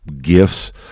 gifts